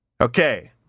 Okay